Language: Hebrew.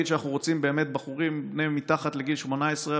שאנחנו רוצים באמת בחורים מתחת לגיל 18,